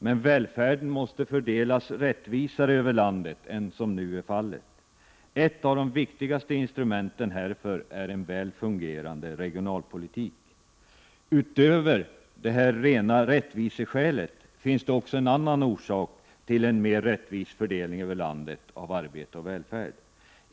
Men välfärden måste fördelas rättvisare över landet än som nu är fallet. Ett av de viktigaste instrumenten härför är en väl fungerande regionalpolitik. Utöver det rena rättviseskälet finns det också en annan orsak till en mer rättvis fördelning över landet av arbete och välfärd.